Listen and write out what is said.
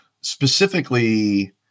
specifically